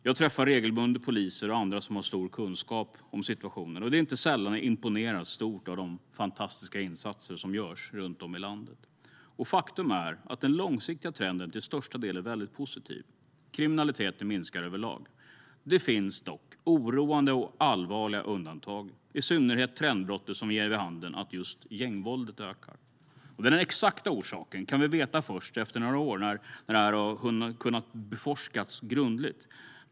Jag träffar regelbundet poliser och andra som har stor kunskap om situationen. Det är inte sällan jag imponeras stort av de fantastiska insatser som görs runt om i landet. Faktum är att den långsiktiga trenden till största del är väldigt positiv. Kriminaliteten minskar överlag. Det finns dock oroande och allvarliga undantag, i synnerhet trendbrottet som ger vid handen att gängvåldet ökar. Den exakta orsaken kan vi veta först efter några år när detta har kunnat beforskas grundligt.